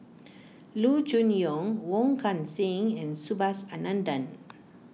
Loo Choon Yong Wong Kan Seng and Subhas Anandan